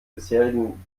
bisherigen